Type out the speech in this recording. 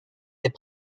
des